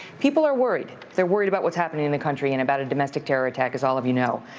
people are worried. they're worried about what's happening in the country and about a domestic terror attack, as all of you know.